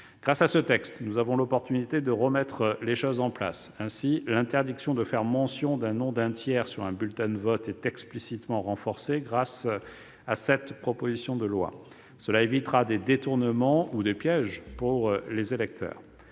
Grâce à ce texte, nous avons l'occasion de remettre les choses en place. Ainsi, l'interdiction de faire mention du nom d'un tiers sur un bulletin de vote est explicitement renforcée au travers de cette proposition de loi. Cela évitera des détournements ou des pièges pour les électeurs.